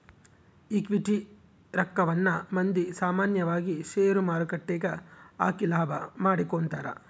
equity ರಕ್ಕವನ್ನ ಮಂದಿ ಸಾಮಾನ್ಯವಾಗಿ ಷೇರುಮಾರುಕಟ್ಟೆಗ ಹಾಕಿ ಲಾಭ ಮಾಡಿಕೊಂತರ